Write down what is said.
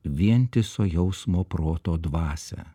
vientiso jausmo proto dvasią